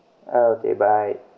okay bye